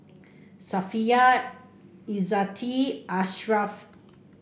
Safiya Izzati Ashraf